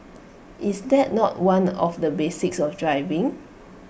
is that not one of the basics of driving